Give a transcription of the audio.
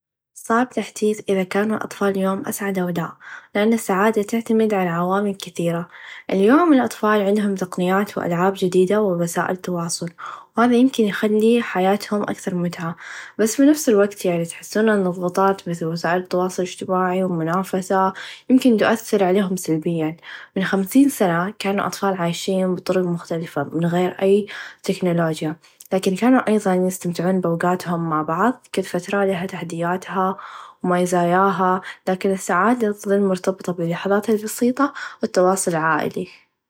صعب تحديد إذا كان أطفال اليوم أسعد أو لا لأن السعاده تعتمد على عوامل كثيره اليوم الأطفال عندهم تقنيات و ألعاب چديده و وسائل تواصل و هذا يمكن يخلي حياتهم أكثر متعه بس في نفس الوقت يعني تحسون إن الظغوطات مثل وسائل التواصل الإچتماعي و المنافسه يمكن تأثر عليهم سلبيا من خمسينه سنه كانو الأطفال عايشين بطرق مختلفه من غير أي تكنولوچيا لاكن كانو أيظا يستمتعون بأوقاتهم مع بعض كل فتره لها تحدياتها و مزاياها لاكن السعاده تظل مرتبطه باللحظات البسيطه و التواصل العائلي.